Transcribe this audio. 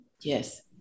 Yes